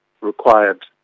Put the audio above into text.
required